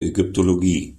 ägyptologie